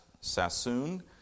Sassoon